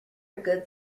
good